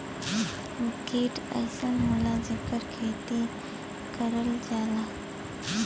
कीट अइसन होला जेकर खेती करल जाला